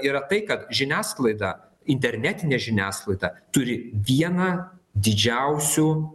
yra tai kad žiniasklaida internetinė žiniasklaida turi vieną didžiausių